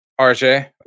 RJ